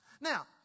Now